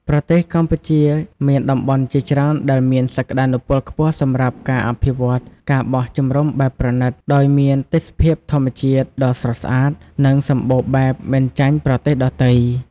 ប្រទេសកម្ពុជាមានតំបន់ជាច្រើនដែលមានសក្តានុពលខ្ពស់សម្រាប់ការអភិវឌ្ឍ ការបោះជំរំបែបប្រណីត ដោយមានទេសភាពធម្មជាតិដ៏ស្រស់ស្អាត និងសម្បូរបែបមិនចាញ់ប្រទេសដទៃ។